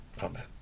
Amen